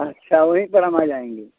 अच्छा वहीं पर हम आ जाएँगे